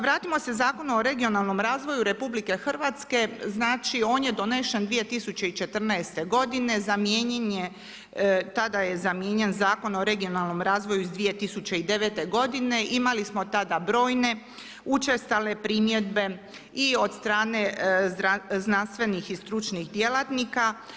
Vratimo se Zakonu o regionalnom razvoju RH, znači on je donesen 2014.g., zamijenjen je, tada je zamijenjen Zakon o regionalnom razvoju iz 2009. g. Imali smo tada brojne učestale primjedbe, i od strane znanstvenih i stručnih djelatnika.